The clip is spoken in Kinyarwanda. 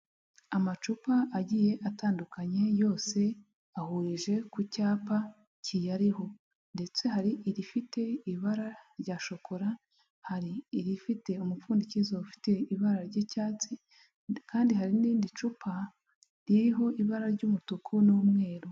Amacupa agiye atandukanye yose ahurije ku cyapa kiyariho. Ndetse hari irifite ibara rya shokora, hari irifite umupfundikizo ufite ibara ry'icyatsi ,kandi hari n'irindi cupa ririho ibara ry'umutuku n'umweru.